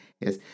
Yes